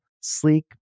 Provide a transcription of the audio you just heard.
sleek